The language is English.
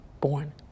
born